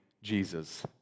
Jesus